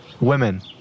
Women